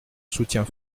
soutiens